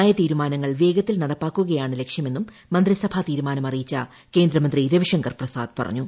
നയ തീരുമാനങ്ങൾ വേഗത്തിൽ നടപ്പാക്കുകയാണ് ലക്ഷ്യമെന്നും മന്ത്രിസഭ തിരുമാനം ശ്രീരിയിച്ച കേന്ദ്ര മന്ത്രി രവിശങ്കർ പ്രസാദ് പറഞ്ഞു